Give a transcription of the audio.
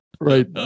Right